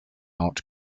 art